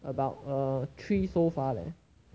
about err three so far leh